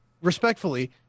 Respectfully